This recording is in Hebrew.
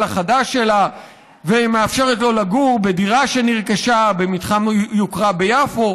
החדש שלה ומאפשרת לו לגור בדירה שנרכשה במתחם יוקרה ביפו.